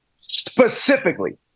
specifically